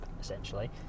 essentially